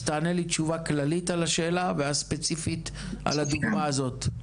אז תענה לי תשובה כללית על השאלה ואז ספציפית על הדוגמה הזאת.